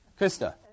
Krista